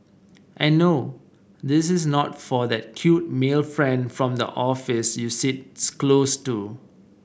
and no this is not for that cute male friend from the office you sits close to